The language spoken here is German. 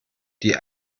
die